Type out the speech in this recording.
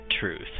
truth